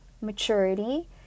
maturity